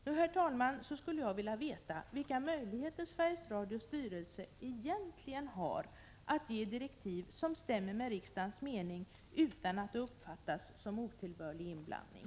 Därför, herr talman, skulle jag vilja veta vilka möjligheter Sveriges Radios styrelse egentligen har att ge direktiv som stämmer med riksdagens mening utan att det uppfattas som otillbörlig inblandning.